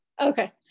Okay